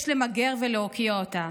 יש למגר ולהוקיע אותה,